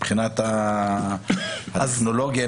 מבחינת הטכנולוגיה,